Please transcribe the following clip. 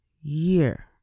year